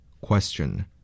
Question